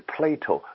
Plato